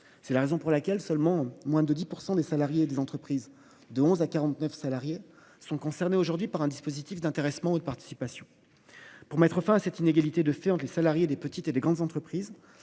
C’est la raison pour laquelle moins de 10 % des salariés des entreprises de 11 à 49 salariés sont concernés par un dispositif d’intéressement ou de participation. Dans l’objectif de mettre fin à cette inégalité de fait entre les salariés des petites et des grandes entreprises,